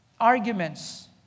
arguments